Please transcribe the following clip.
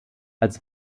als